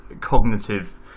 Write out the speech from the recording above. cognitive